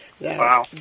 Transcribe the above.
Wow